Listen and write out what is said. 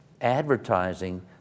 advertising